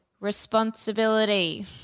responsibility